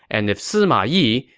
and if sima yi,